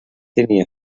tenir